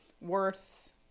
worth